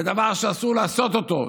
זה דבר שאסור לעשות אותו,